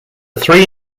three